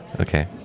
Okay